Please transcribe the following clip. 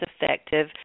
effective